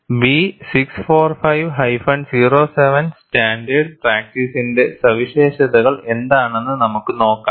B645 07 standard പ്രാക്ടീസിന്റെ സവിശേഷതകൾ എന്താണെന്ന് നമുക്ക് നോക്കാം